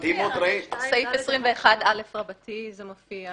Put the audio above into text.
מדהימות --- בסעיף 21א זה מופיע